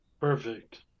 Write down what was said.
Perfect